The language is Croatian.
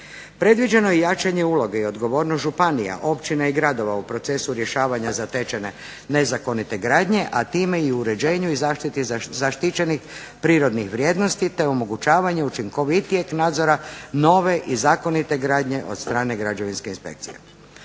Predviđeno je i jačanje uloge i odgovornost županija, općina i gradova u procesu rješavanja zatečene nezakonite gradnje, a time i u uređenju i zaštiti zaštićenih prirodnih vrijednosti te omogućavanje učinkovitijeg nadzora nove i zakonite gradnje od strane građevinske inspekcije.